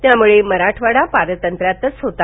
त्यामुळे मराठवाडा पारतंत्र्यातच होता